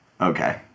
Okay